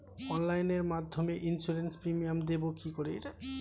অনলাইনে মধ্যে insurance premium দেবো কি করে?